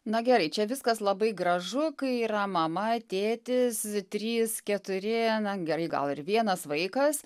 na gerai čia viskas labai gražu kai yra mama tėtis trys keturi na gerai gal ir vienas vaikas